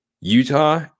Utah